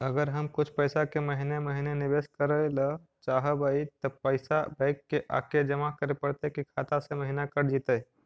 अगर हम कुछ पैसा के महिने महिने निबेस करे ल चाहबइ तब पैसा बैक आके जमा करे पड़तै कि खाता से महिना कट जितै?